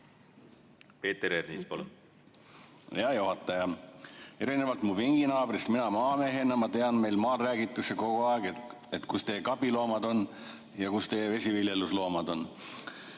Peeter Ernits, palun! Hea juhataja! Erinevalt mu pinginaabrist mina maamehena tean, meil maal räägitakse kogu aeg, et kus teie kabiloomad on ja kus teie vesiviljelusloomad on. Aga